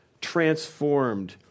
transformed